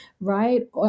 right